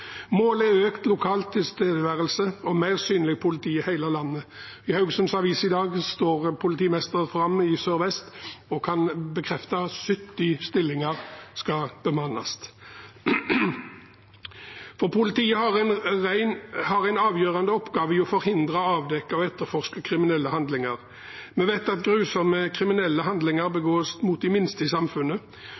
Målet er økt lokal tilstedeværelse og mer synlig politi i hele landet. I Haugesunds Avis i dag står politimesteren i Sør-Vest fram og kan bekrefte at 70 stillinger skal bemannes. Politiet har en avgjørende oppgave i å forhindre, avdekke og etterforske kriminelle handlinger. Vi vet at grusomme kriminelle handlinger begås mot de minste i samfunnet.